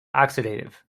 oxidative